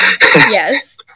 Yes